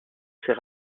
ses